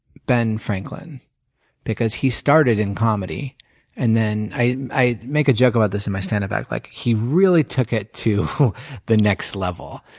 ben franklin because he started in comedy and then, i i make a joke about this in my standup act. like he really took it to the next level.